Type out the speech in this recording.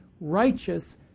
righteous